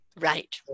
Right